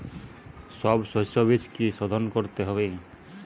সব শষ্যবীজ কি সোধন করতে হবে?